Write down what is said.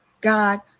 God